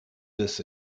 this